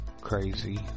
crazy